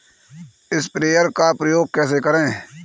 Sprayer का उपयोग कैसे करें?